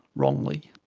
wrongly,